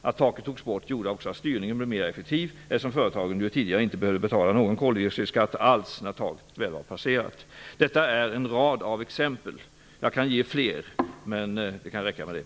Att taket togs bort gjorde också att styrningen blev mera effektiv, eftersom företagen tidigare inte behövde betala någon koldioxidskatt alls när taket väl var passerat. Detta är en rad av exempel. Jag kan ge fler, men det kan räcka med dessa.